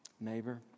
neighbor